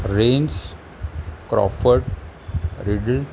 rains Crawford riddle